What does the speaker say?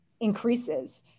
increases